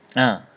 ah